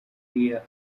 hear